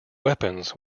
weapons